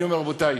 אני אומר: רבותי,